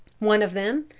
one of them,